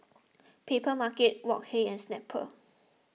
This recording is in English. Papermarket Wok Hey and Snapple